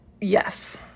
yes